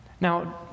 Now